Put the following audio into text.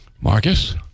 Marcus